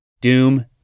Doom